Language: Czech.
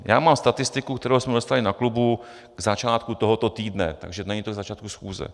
Mám statistiku, kterou jsme dostali na klubu k začátku tohoto týdne, takže to není k začátku schůze.